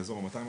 לאזור ה-200,